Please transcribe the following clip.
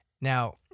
Now